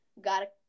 Got